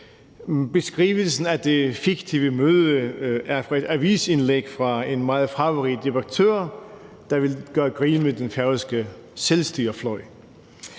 Beskrivelsen af det fiktive møde er fra et avisindlæg af en meget farverig debattør, der ville gøre grin med den færøske selvstyrefløj.